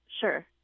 Sure